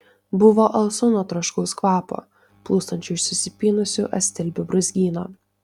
buvo alsu nuo troškaus kvapo plūstančio iš susipynusių astilbių brūzgyno